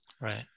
right